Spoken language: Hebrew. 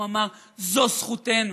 ואמר: זו זכותנו.